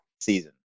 season